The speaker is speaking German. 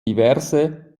diverse